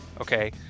Okay